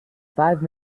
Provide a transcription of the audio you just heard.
five